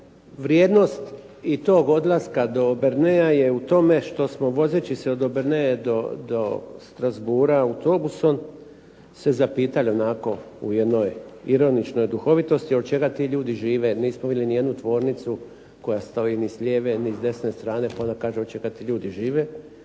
Vrijednost i tog odlaska to Berneja je u tome što smo vozeći se od Berneja do Strasbourga autobusom se zapitali onako u jednoj ironičnoj duhovitosti od čega ti ljudi žive. Nismo vidjeli ni jednu tvornicu koja stoji ni s lijeve, ni s desne strane. Pa onda kažemo od čega ti ljudi žive,